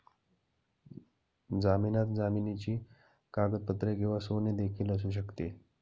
जामिनात जमिनीची कागदपत्रे किंवा सोने देखील असू शकते